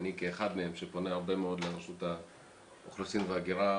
ואני כאחד מהם שפונה הרבה מאוד לרשות האוכלוסין וההגירה,